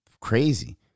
crazy